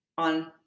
On